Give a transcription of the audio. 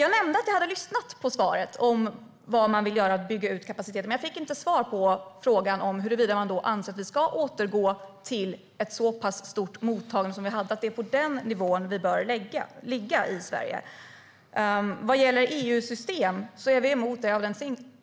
Jag nämnde att jag lyssnade på svaret på frågan om vad man vill göra för att bygga ut kapaciteten, men jag fick inte svar på frågan om man anser att vi ska återgå till ett så pass stort mottagande som vi hade. Är det på den nivån vi bör ligga i Sverige? Vad gäller EU-system är vi emot det av den